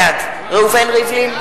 בעד ראובן ריבלין,